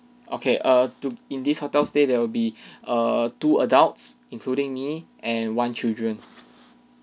okay err two in this hotel stay there will be err two adults including me and one children